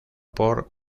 por